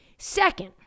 Second